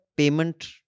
payment